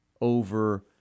over